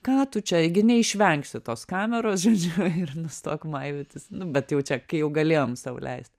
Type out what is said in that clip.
ką tu čia gi neišvengsi tos kameros žodžiu ir nustok maivytis nu bet jau čia kai jau galėjom sau leist